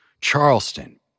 Charleston